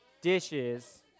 Dishes